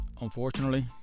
unfortunately